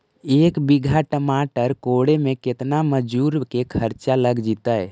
एक बिघा टमाटर कोड़े मे केतना मजुर के खर्चा लग जितै?